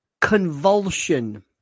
Convulsion